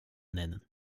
nennen